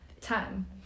time